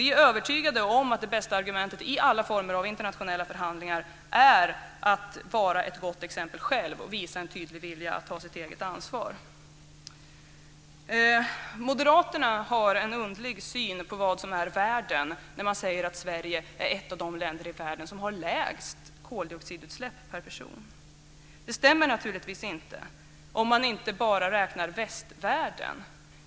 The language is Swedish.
Vi är övertygade om att det bästa argumentet i alla former av internationella förhandlingar är att vara ett gott exempel själv och visa en tydlig vilja att ta sitt eget ansvar. Moderaterna har en underlig syn på vad som är världen när man säger att Sverige är ett av de länder i världen som har lägst koldioxidutsläpp per person. Det stämmer naturligtvis inte - om man inte bara räknar västvärlden.